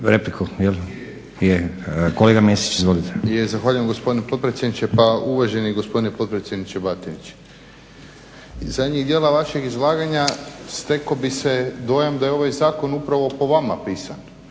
Mesić. Izvolite. **Mesić, Jasen (HDZ)** Zahvaljujem gospodine potpredsjedniče. Pa uvaženi gospodine potpredsjedniče Batinić iz zadnjeg dijela vašeg izlaganja stekao bi se dojam da je ovaj zakon upravo po vama pisan